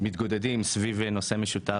מתגודדים סביב נושא משותף,